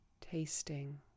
tasting